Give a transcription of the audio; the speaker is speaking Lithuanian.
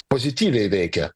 pozityviai veikia